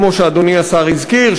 כמו שאדוני השר הזכיר,